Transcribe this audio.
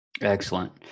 Excellent